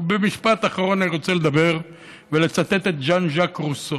ובמשפט אחרון אני רוצה לדבר ולצטט את ז'אן ז'אק רוסו,